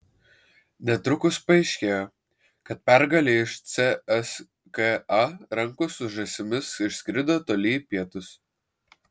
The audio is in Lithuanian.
netrukus paaiškėjo kad pergalė iš cska rankų su žąsimis išskrido toli į pietus